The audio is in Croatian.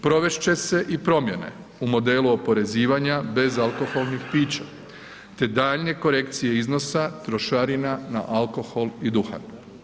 Provest će se i promjene u modelu oporezivanja bezalkoholnih pića te daljnje korekcije iznosa trošarina na alkohol i duhan.